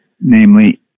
Namely